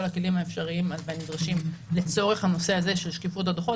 הכלים האפשריים הנדרשים לצורך הנושא הזה של שקיפות בדו"חות,